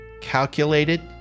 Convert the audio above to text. calculated